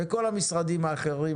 וכל המשרדים האחרים,